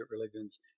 religions